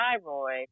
thyroid